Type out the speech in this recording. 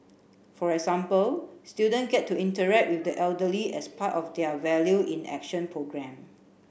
for example students get to interact with the elderly as part of their value in Action programme